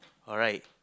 alright